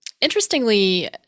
Interestingly